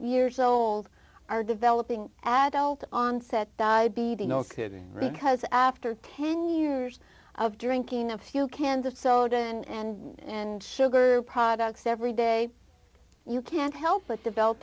years old are developing adult onset diabetes no kidding because after ten years of drinking a few cans of soda and and sugar products every day you can't help but develop